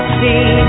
see